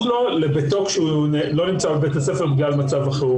לו לביתו כשהוא לא נמצא בבית הספר בגלל מצב החירום.